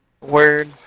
word